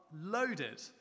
loaded